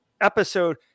episode